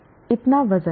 इतना वजन